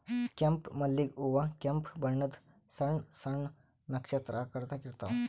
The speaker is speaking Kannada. ಕೆಂಪ್ ಮಲ್ಲಿಗ್ ಹೂವಾ ಕೆಂಪ್ ಬಣ್ಣದ್ ಸಣ್ಣ್ ಸಣ್ಣು ನಕ್ಷತ್ರ ಆಕಾರದಾಗ್ ಇರ್ತವ್